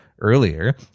earlier